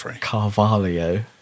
Carvalho